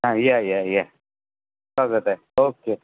हा या या या स्वागत आहे ओक्के